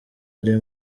ari